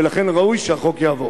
ולכן ראוי שהחוק יעבור.